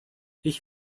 ich